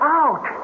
out